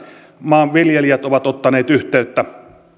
maanviljelijät ovat ottaneet yhteyttä ja tietävät